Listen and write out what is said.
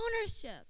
ownership